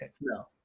No